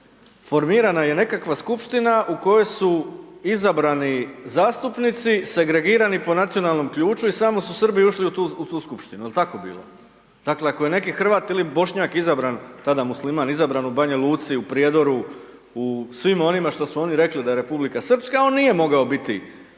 formirana je nekakva skupština u kojoj su izabrani zastupnici segregirani po nacionalnom ključu i samo su Srbi ušli u tu skupštinu. Je li tako bilo? Dakle, ako je neki Hrvat ili Bošnjak izabran, tada Musliman, izabran u Banja Luci, u Prijedoru, u svim onima što su oni rekli da je Republika Srpska, on nije mogao biti